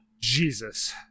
Jesus